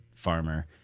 farmer